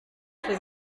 für